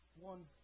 one